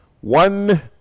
one